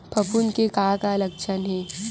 फफूंद के का लक्षण हे?